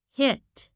hit